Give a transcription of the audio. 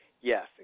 yes